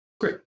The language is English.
Great